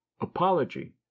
Apology